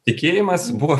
tikėjimas buvo